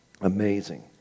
amazing